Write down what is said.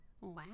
Wow